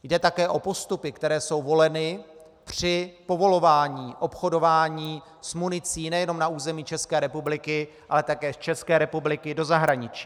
Jde také o postupy, které jsou voleny při povolování obchodování s municí nejenom na území České republiky, ale také z České republiky do zahraničí.